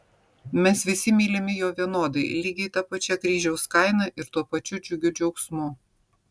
mes visi mylimi jo vienodai lygiai ta pačia kryžiaus kaina ir tuo pačiu džiugiu džiaugsmu